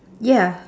ya